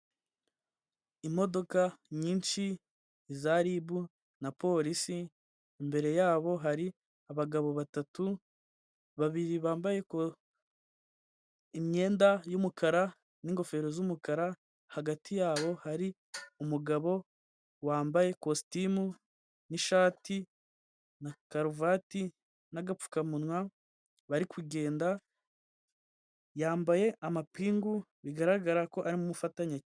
Imodoka nyinshi za ribu na polisi, imbere yabo hari abagabo batatu, babiri bambaye imyenda y'umukara n'ingofero z'umukara, hagati yabo hari umugabo wambaye ikositimu, n'ishati, na karuvati, n'agapfukamunwa, bari kugenda, yambaye amapingu bigaragara ko ari umufatanyacyaha.